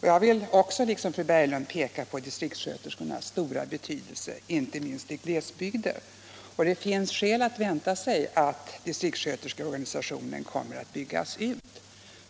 Jag vill liksom fru Berglund peka på distriktsköterskornas stora betydelse inte minst i glesbygden. Det finns skäl att vänta sig att distriktsköterskeorganisationen kommer att byggas ut.